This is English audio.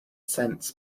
cents